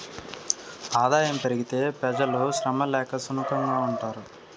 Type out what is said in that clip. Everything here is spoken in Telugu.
ఆదాయం పెరిగితే పెజలు శ్రమ లేక సుకంగా ఉంటారు